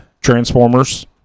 Transformers